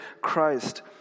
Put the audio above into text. Christ